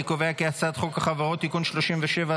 אני קובע כי הצעת חוק החברות (תיקון מס' 37),